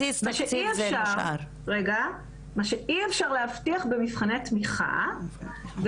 מה שאי אפשר להבטיח במבחני תמיכה,